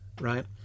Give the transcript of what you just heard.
right